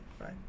right